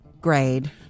grade